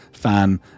fan